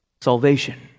salvation